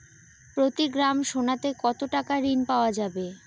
প্রতি গ্রাম সোনাতে কত টাকা ঋণ পাওয়া যাবে?